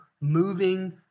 moving